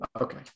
Okay